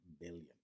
billion